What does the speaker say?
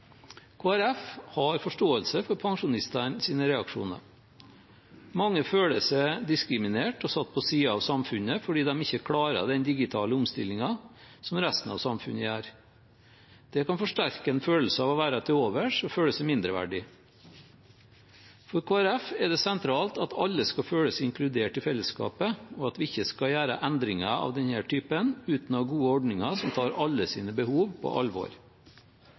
Folkeparti har forståelse for pensjonistenes reaksjoner. Mange føler seg diskriminert og satt på siden av samfunnet fordi de ikke klarer den digitale omstillingen, slik som resten av samfunnet gjør. Det kan forsterke en følelse av å være til overs og av å være mindreverdig. For Kristelig Folkeparti er det sentralt at alle skal føle seg inkludert i fellesskapet, og at vi ikke skal gjøre endringer av denne typen uten å ha gode ordninger som tar alles behov på alvor.